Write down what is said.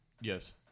Yes